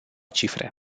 cifre